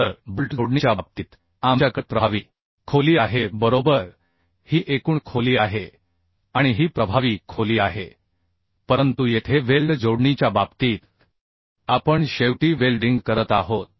तर बोल्ट जोडणीच्या बाबतीत आपल्याकडे प्रभावी खोली आहे बरोबर ही एकूण खोली आहे आणि ही प्रभावी खोली आहे परंतु येथे वेल्ड जोडणीच्या बाबतीत आपण शेवटी वेल्डिंग करत आहोत